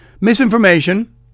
Misinformation